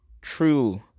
true